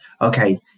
okay